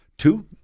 Two